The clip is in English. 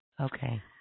Okay